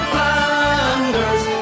Flanders